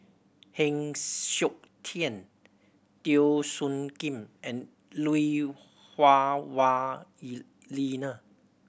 Heng Siok Tian Teo Soon Kim and Lui Hah Wah Elena